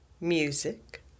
Music